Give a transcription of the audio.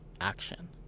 action